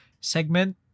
segment